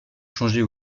changer